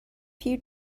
few